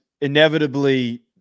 inevitably